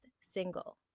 single